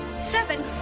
seven